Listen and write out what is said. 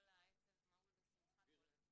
העצב מהול בשמחה כל הזמן.